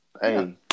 hey